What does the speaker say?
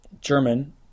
German